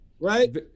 right